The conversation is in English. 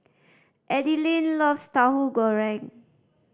Adilene loves Tauhu Goreng